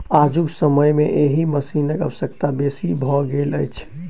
आजुक समय मे एहि मशीनक आवश्यकता बेसी भ गेल अछि